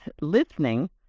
listening